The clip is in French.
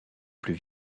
plus